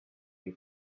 you